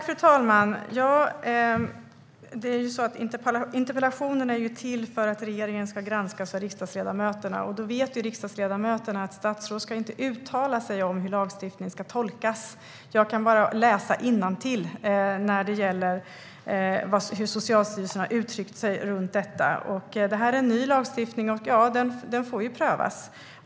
Fru talman! Interpellationer är till för att regeringen ska granskas av riksdagsledamöterna. Då vet riksdagsledamöterna att statsråd inte ska uttala sig om hur lagstiftningen ska tolkas. Jag kan bara läsa innantill när det gäller hur Socialstyrelsen har uttryckt sig runt detta. Det här är en ny lagstiftning om stödboenden, och den får prövas.